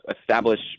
establish